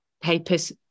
papers